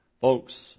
Folks